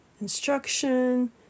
instruction